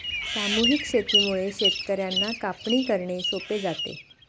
सामूहिक शेतीमुळे शेतकर्यांना कापणी करणे सोपे जाते